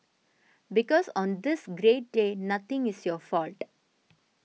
because on this great day nothing is your fault